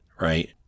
right